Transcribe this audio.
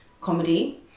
comedy